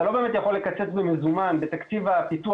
אתה לא באמת יכול במזומן בתקציב הפיתוח